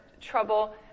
trouble